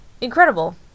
incredible